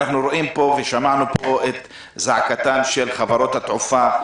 שמענו פה את זעקתן של חברות התעופה,